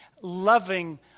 loving